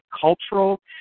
cultural